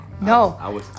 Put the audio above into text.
No